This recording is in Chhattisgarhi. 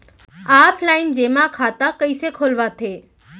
ऑफलाइन जेमा खाता कइसे खोलवाथे?